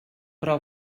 però